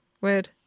Weird